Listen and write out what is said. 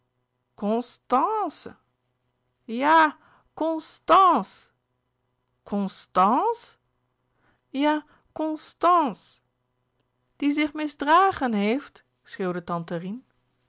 ja constance die zich misdragen heeft schreeuwde tante rien